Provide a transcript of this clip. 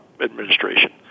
administration